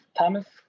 Thomas